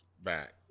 Back